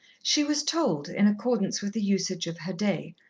she was told, in accordance with the usage of her day,